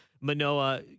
Manoa